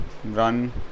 run